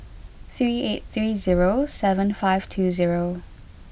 three eight three zero seven five two zero